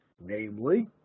namely